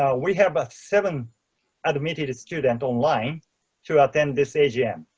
we have a seven admitted student online to attend this agm.